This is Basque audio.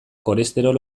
kolesterol